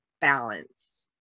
balance